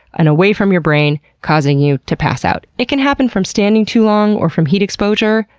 and away from your brain, causing you to pass out. it can happen from standing too long, or from heat exposure,